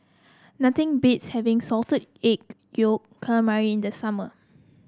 nothing beats having Salted Egg Yolk Calamari in the summer